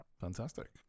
Fantastic